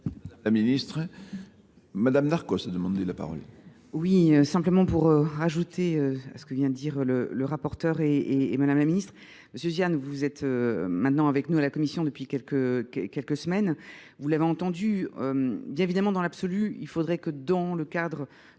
la ministre, a demandé la parole. Oui, simplement pour rajouter ce que vient de dire le rapporteur et madame la ministre. Monsieur Zian, vous êtes maintenant avec nous à la Commission depuis quelques semaines. Vous l'avez entendu, bien évidemment dans l'absolu, il faudrait que dans le cadre